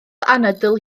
anadl